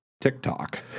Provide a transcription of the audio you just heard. TikTok